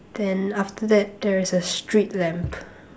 then after that there is a street lamp